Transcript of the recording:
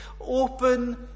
open